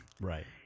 Right